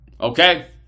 Okay